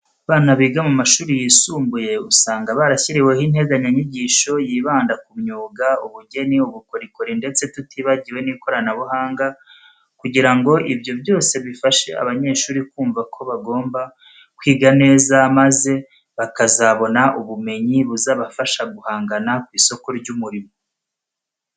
Abana biga mu mashuri yisumbuye usanga barashyiriweho integanyanyigisho yibanda ku myuga, ubugeni, ubukorikori ndetse tutibagiwe n'ikoranabuhanga kugira ngo ibyo byose bifashe abanyeshuri kumva ko bagomba kwiga neza maze bakazabona ubumenyi buzabafasha guhangana ku isoko ry'umurimo.